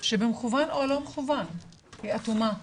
שבמכוון או לא במכוון, היא אטומה.